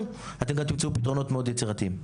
אתם גם תמצאו פתרונות מאוד יצירתיים.